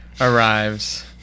arrives